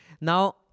Now